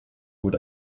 gut